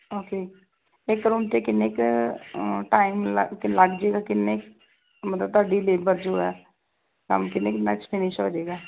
okay ਇੱਕ room 'ਤੇ ਕਿੰਨੇ ਕੁ ਟਾਈਮ ਲੱਗ ਕੇ ਲੱਗ ਜਾਵੇਗਾ ਕਿੰਨੇ ਮਤਲਬ ਤੁਹਾਡੀ ਲੇਬਰ ਜੋ ਹੈ ਕੰਮ ਕਿੰਨੇ ਕੁ ਦਿਨਾਂ 'ਚ ਫ਼ਿਨਿਸ਼ ਹੋ ਜਾਵੇਗਾ